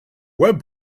web